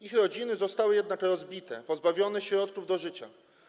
Ich rodziny zostały jednak rozbite, pozbawione środków do życia.